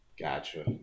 Gotcha